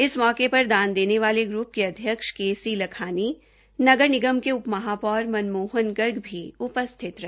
इस मौके पर दान देने वाले ग्रूप के अध्यक्ष के सी लखानी नगर निगम के उप महा पौर मनमोहन गर्ग भी उपस्थित रहे